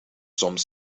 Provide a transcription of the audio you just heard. some